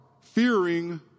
fearing